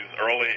early